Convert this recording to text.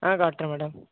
காட்டுறேன் மேடம்